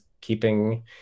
keeping